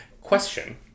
Question